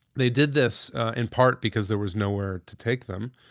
they did this in part because there was nowhere to take them.